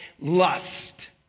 lust